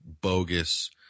bogus